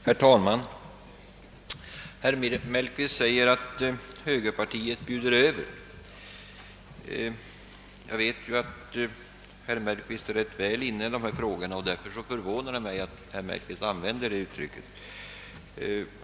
Herr talman! Herr Mellqvist säger att högerpartiet bjuder över. Jag vet att herr Mellqvist är rätt väl insatt i dessa frågor, och därför förvånar det mig att han använt det uttrycket.